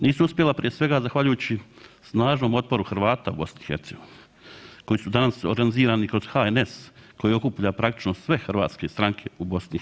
Nisu uspjela prije svega, zahvaljujući snažnom otporu Hrvata u BiH koji su danas organizirani kroz HNS koji okuplja praktično sve hrvatske stranke u BiH.